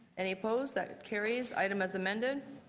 any opposed? that carries. item as amended.